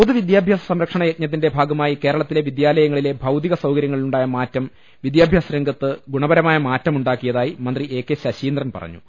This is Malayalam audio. പൊതുവിദ്യാഭ്യാസ സംരക്ഷണ യജ്ഞത്തിന്റെ ഭാഗമായി കേരളത്തിലെ വിദ്യാലയങ്ങളിലെ ഭൌതിക സൌകര്യങ്ങളി ലുണ്ടായ മാറ്റം വിദ്യാഭ്യാസരംഗത്ത് ഗുണപരമായ മാറ്റം ഉണ്ടാക്കിയതായി മന്ത്രി എ കെ ശശീന്ദ്രൻ പറഞ്ഞു